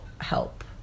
help